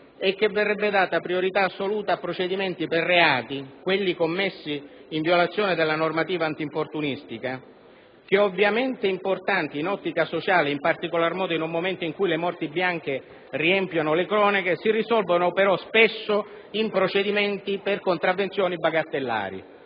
è che verrebbe data priorità assoluta a procedimenti per reati - quelli commessi in violazione della normativa antinfortunistica - che ovviamente importanti in ottica sociale ed in un momento in cui le morti bianche riempiono le cronache, si risolvono però spesso in procedimenti per contravvenzioni bagatellari